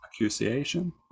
accusation